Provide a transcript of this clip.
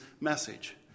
message